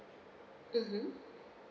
mmhmm